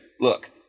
Look